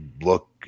look